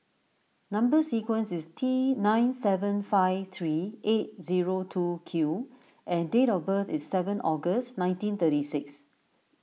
Number Sequence is T nine seven five three eight zero two Q and date of birth is seven August nineteen thirty six